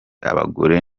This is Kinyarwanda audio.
abagore